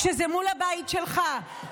כשזה מול הבית שלך,